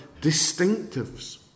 distinctives